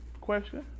Question